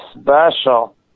special